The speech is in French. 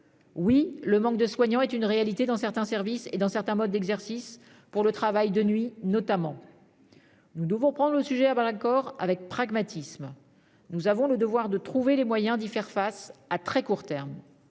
Oui, le manque de soignants est une réalité dans certains services et dans certains modes d'exercice, pour le travail de nuit notamment. Nous devons prendre le sujet à bras-le-corps avec pragmatisme. Nous avons le devoir de trouver les moyens d'y faire face, à très court terme.